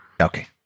okay